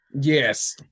Yes